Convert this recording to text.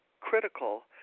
critical